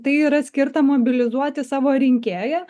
tai yra skirta mobilizuoti savo rinkėją